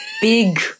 Big